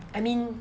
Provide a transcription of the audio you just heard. I mean